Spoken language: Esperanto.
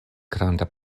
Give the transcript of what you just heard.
granda